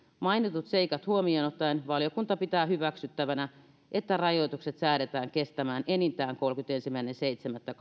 mainitut seikat huomioon ottaen valiokunta pitää hyväksyttävänä että rajoitukset säädetään kestämään enintään kolmaskymmenesensimmäinen seitsemättä